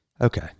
okay